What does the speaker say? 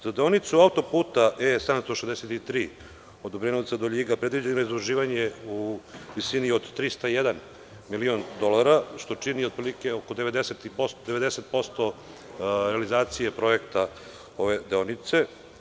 Za deonicu autoputa E763 od Obrenovca do Ljiga, predviđeno je zaduživanje u visini od 301 milion dolara, što čini oko 90% realizacije projekta ove deonice.